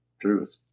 truth